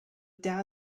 doubt